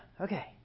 Okay